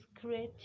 creative